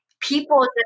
people